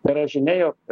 tai yra žinia jog